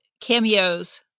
cameos